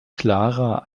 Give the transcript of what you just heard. klarer